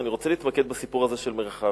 ואני רוצה להתמקד בסיפור הזה של מרחביה.